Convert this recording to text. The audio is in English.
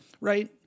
Right